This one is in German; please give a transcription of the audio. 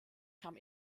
kam